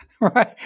Right